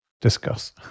Discuss